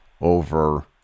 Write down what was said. over